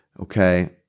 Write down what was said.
okay